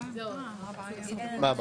(הישיבה